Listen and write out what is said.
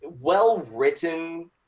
well-written